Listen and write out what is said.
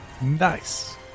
Nice